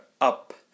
up